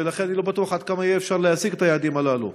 ולכן אני לא בטוח עד כמה יהיה אפשר להשיג את היעדים הללו.